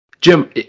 Jim